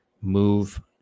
move